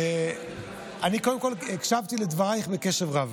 אני קודם כול הקשבתי לדבריך בקשב רב,